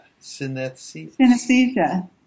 synesthesia